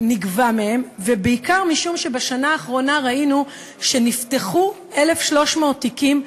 ובעיקר משום שבשנה האחרונה ראינו שנפתחו 1,300 תיקים,